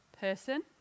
person